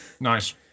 Nice